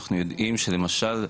אנחנו יודעים שלמשל,